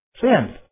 Sin